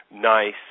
nice